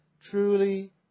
truly